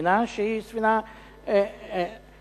לא מצאו נשק חם.